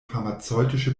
pharmazeutische